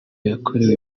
yakorewe